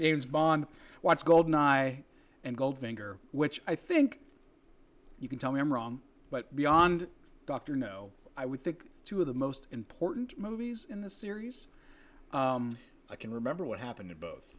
james bond watch goldeneye and goldfinger which i think you can tell me i'm wrong but beyond dr no i would think two of the most important movies in the series i can remember what happened in both